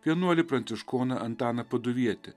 vienuolį pranciškoną antaną paduvietį